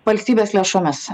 valstybės lėšomis